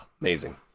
amazing